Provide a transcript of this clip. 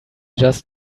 just